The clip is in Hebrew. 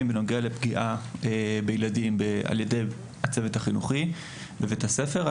בנוגע לפגיעה בילדים על ידי הצוות החינוכי בבית הספר.